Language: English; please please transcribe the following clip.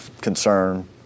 concern